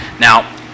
Now